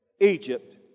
Egypt